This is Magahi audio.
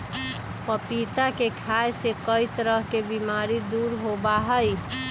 पपीता के खाय से कई तरह के बीमारी दूर होबा हई